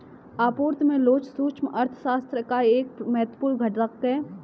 आपूर्ति में लोच सूक्ष्म अर्थशास्त्र का एक महत्वपूर्ण घटक है